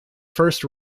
first